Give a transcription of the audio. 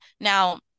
now